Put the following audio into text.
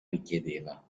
richiedeva